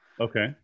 Okay